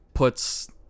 puts